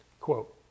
Quote